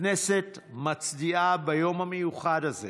הכנסת מצדיעה ביום המיוחד הזה